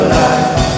life